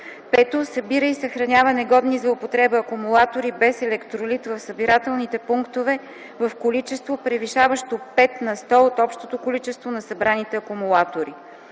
5. събира и съхранява негодни за употреба акумулатори без електролит в събирателните пунктове в количество, превишаващо 5 на сто от общото количество събрани акумулатори;